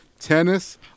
tennis